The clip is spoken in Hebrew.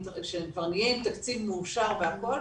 כשכבר נהיה עם תקציב מאושר והכל,